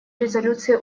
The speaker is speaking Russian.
резолюции